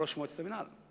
כראש מועצת המינהל.